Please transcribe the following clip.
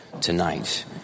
tonight